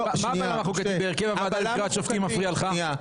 למה הבלם החוקתי בהרכב הוועדה לבחירת שופטים מפריע לך?